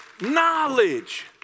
Knowledge